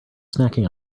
snacking